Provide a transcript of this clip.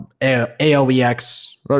alex